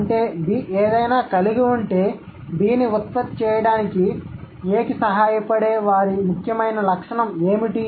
అంటే B ఏదైనా కలిగి ఉంటే Bని ఉత్పత్తి చేయడానికి Aకి సహాయపడే వారి ముఖ్యమైన లక్షణం ఏమిటి